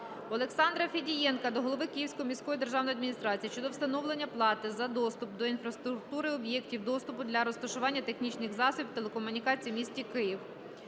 Олександра Федієнка до голови Київської міської державної адміністрації щодо встановлення плати за доступ до інфраструктури об'єктів доступу для розташування технічних засобів телекомунікацій у міста Київ.